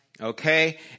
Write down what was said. okay